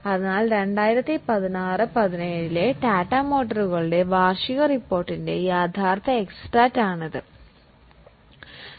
അതിനാൽ 2016 2017 ലെ ടാറ്റ മോട്ടോറുകളുടെ വാർഷിക റിപ്പോർട്ടിന്റെ യഥാർത്ഥ എക്സ്ട്രാക്റ്റ് ഇതാണ്